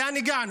לאן הגענו?